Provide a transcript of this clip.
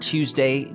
Tuesday